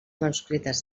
manuscrites